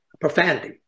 profanity